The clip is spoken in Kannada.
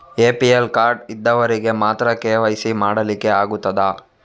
ಎ.ಪಿ.ಎಲ್ ಕಾರ್ಡ್ ಇದ್ದವರಿಗೆ ಮಾತ್ರ ಕೆ.ವೈ.ಸಿ ಮಾಡಲಿಕ್ಕೆ ಆಗುತ್ತದಾ?